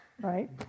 right